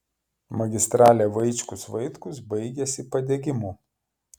magistralė vaičkus vaitkus baigiasi padegimu